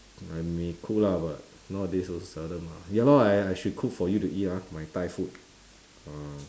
I may cook lah but nowadays also seldom lah ya lor I I should cook for you eat ah my Thai food uh